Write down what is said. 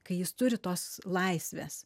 kai jis turi tos laisvės